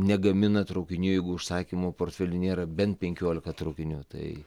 negamina traukinių jeigu užsakymų portfely nėra bent penkiolika traukiniu tai